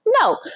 no